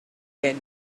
tent